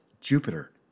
Jupiter